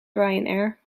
ryanair